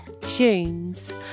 Tunes